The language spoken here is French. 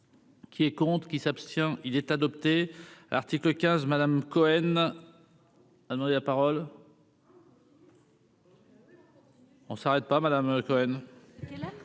qui elle compte qui s'abstient, il est adopté, article 15 Madame Cohen a demandé la parole. On s'arrête pas Madame Cohen.